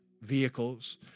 vehicles